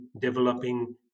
developing